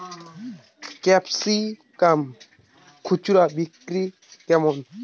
Capsicum খুচরা বিক্রি কেমন?